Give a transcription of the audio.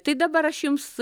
tai dabar aš jums